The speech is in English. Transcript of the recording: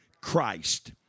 Christ